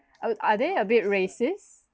oh are they a bit racists